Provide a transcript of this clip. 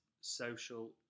social